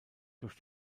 durch